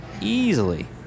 Easily